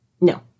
no